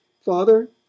Father